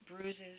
bruises